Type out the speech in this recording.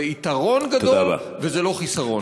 זה יתרון גדול, וזה לא חיסרון.